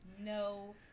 No